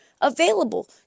available